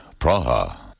Praha